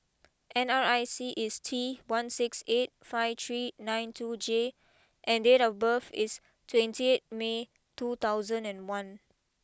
N R I C is T one six eight five three nine two J and date of birth is twenty eight May two thousand and one